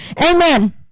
Amen